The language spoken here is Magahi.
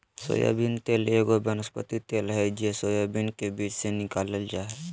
सोयाबीन तेल एगो वनस्पति तेल हइ जे सोयाबीन के बीज से निकालल जा हइ